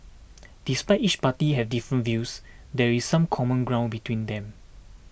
despite each party having different views there is some common ground between them